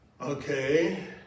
Okay